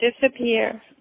Disappear